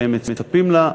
שמצפים לה,